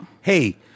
hey